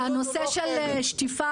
והנושא של שטיפה